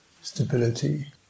stability